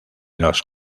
los